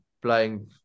playing